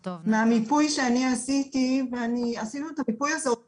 מהמיפוי שאני עשיתי ועשינו את המיפוי הזה עוד